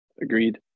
Agreed